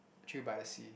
Chill by the Sea